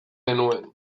genuen